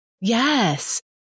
Yes